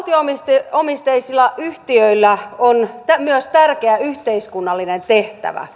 valtio omisteisilla yhtiöillä on myös tärkeä yhteiskunnallinen tehtävä